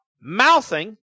mouthing